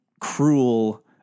cruel